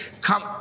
come